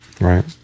Right